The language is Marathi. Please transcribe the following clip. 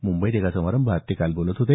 मुंबईत एका समारंभात काल ते बोलत होते